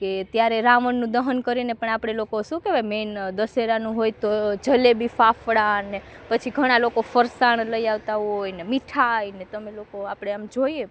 કે ત્યારે રાવણનું દહન કરીએને પણ આપણે લોકો શું કહેવાય મેઈન દશેરાનું હોય તો જલેબી ફાફડાને પછી ઘણા લોકો ફરસાણ લઈ આવતા હોયને મીઠાઈને તમે લોકો આપણે આમ આપણે જોઈએ